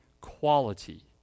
quality